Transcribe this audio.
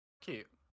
Cute